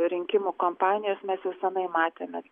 rinkimų kampanijos mes jau senai matėme